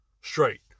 straight